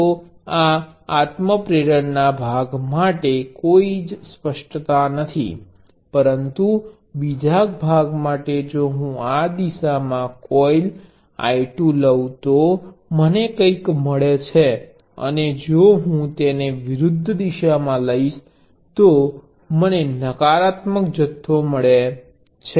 તો આ self inductance ના ભાગ માટે કોઈ અસ્પષ્ટતા નથી પરંતુ બીજા ભાગ માટે જો હું આ દિશામાં કોઇલ I2 લઉં તો મને કંઈક મળે છે અને જો હું તેને વિરુદ્ધ દિશામાં લઈશ તો મને નકારાત્મક જથ્થો મળે છે